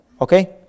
Okay